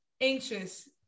anxious